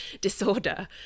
disorder